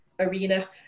arena